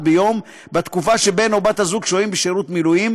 ביום בתקופה שבה בן או בת הזוג שוהים בשירות מילואים,